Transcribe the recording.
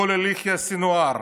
כולל יחיא סנוואר,